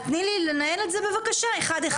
תני לי לנהל את זה אחד אחד.